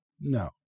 No